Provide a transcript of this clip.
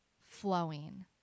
flowing